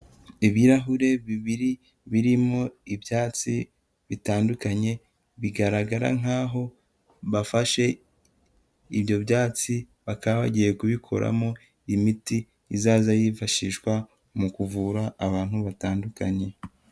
Ibirahure bibiri, birimo ibyatsi bitandukanye, bigaragara nkaho bafashe ibyo byatsi bakaba bagiye kubikuramo imiti izaza yifashishwa mu kuvura abantu batandukanye.